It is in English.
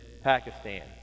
Pakistan